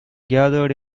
gathered